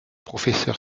professeur